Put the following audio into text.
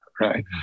right